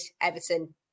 Everton